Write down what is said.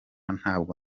ntabwo